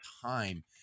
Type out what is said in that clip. time